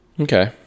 Okay